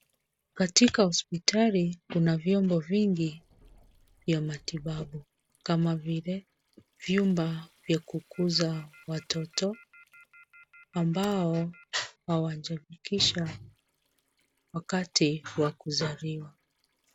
Katika hospitali kuna vyombo vingi vya matibabu kama vile vyumba vya kukuza watoto ambao hawajafikisha wakati wa kuzaliwa.